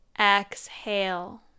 Exhale